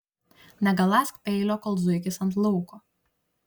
negaląsk peilio kol zuikis ant lauko